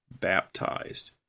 baptized